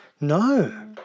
No